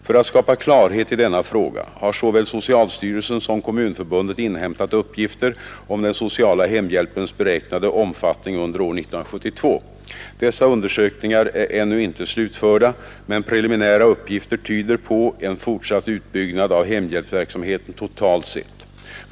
För att skapa klarhet i denna fråga har såväl socialstyrelsen som Kommunförbundet inhämtat uppgifter om den sociala hemhjälpens beräknade omfattning under år 1972. Dessa undersökningar är ännu inte slutförda, men preliminära uppgifter tyder på en fortsatt utbyggnad av hemhjälpsverksamheten totalt sett.